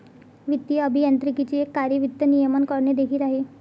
वित्तीय अभियांत्रिकीचे एक कार्य वित्त नियमन करणे देखील आहे